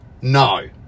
No